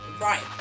Right